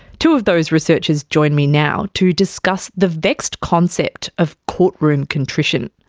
two of those researchers join me now to discuss the vexed concept of courtroom contrition.